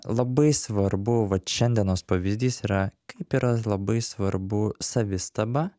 labai svarbu vat šiandienos pavyzdys yra kaip yra labai svarbu savistaba